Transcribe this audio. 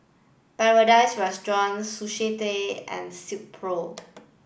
Paradise Restaurant Sushi Tei and Silkpro